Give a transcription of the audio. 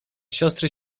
siostry